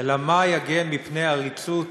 אלא מה יגן מפני עריצות